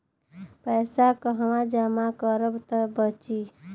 पैसा कहवा जमा करब त बची?